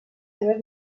seves